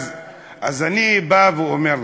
לא, אז אני בא ואומר לך.